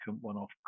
one-off